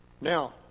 now